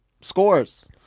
scores